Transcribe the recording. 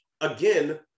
Again